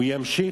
ימשיך.